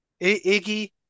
Iggy